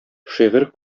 шигырь